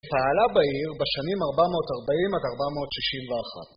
פעלה בעיר בשנים 440 עד 461.